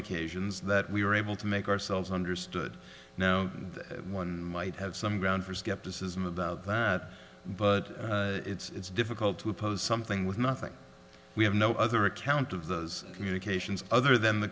occasions that we were able to make ourselves understood no one might have some ground for skepticism about that but it's difficult to oppose something with nothing we have no other account of those communications other than the